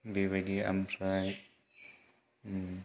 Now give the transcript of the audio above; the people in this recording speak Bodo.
बेबायदि ओमफ्राय